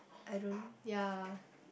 I don't ya